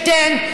כשניתן,